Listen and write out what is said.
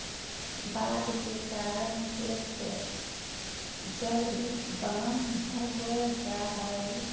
बाढ़ के कारण खेत जलमग्न हो जा हइ